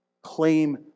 claim